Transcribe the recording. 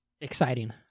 Exciting